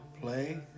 play